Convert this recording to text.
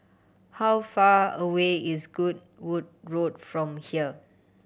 how far away is Goodwood Road from here